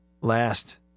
last